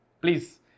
Please